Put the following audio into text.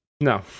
No